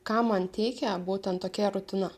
ką man teikia būtent tokia rutina